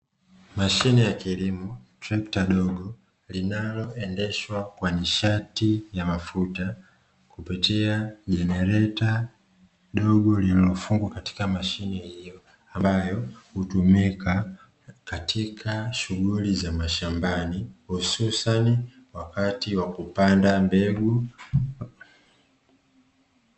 Mashine ya kilimo trekta dogo linaloendeshwa kwa nishati ya mafuta kupitia genereta dogo lililofungwa katika mashine hiyo, ambayo hutumika katika shughuli za mashambani hususani wakati wa kupanda mbegu.